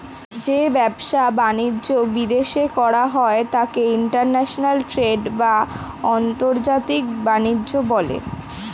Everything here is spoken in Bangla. যে ব্যবসা বাণিজ্য বিদেশে করা হয় তাকে ইন্টারন্যাশনাল ট্রেড বা আন্তর্জাতিক বাণিজ্য বলে